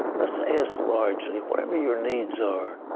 let's ask largely. whatever your needs are.